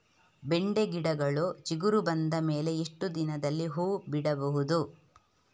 ಬೆಂಡೆ ಗಿಡಗಳು ಚಿಗುರು ಬಂದ ಮೇಲೆ ಎಷ್ಟು ದಿನದಲ್ಲಿ ಹೂ ಬಿಡಬಹುದು?